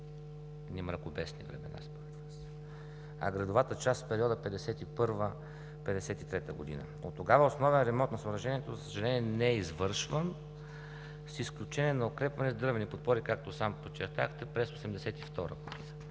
едни мракобесни времена според Вас, а гредовата част – в периода 1951 1953 г . От тогава основен ремонт на съоръжението, за съжаление, не е извършван, с изключение на укрепване с дървени подпори, както сам подчертахте, през 1982 г.